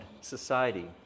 society